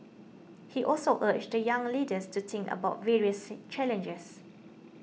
he also urged the young leaders to think about various challenges